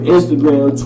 Instagram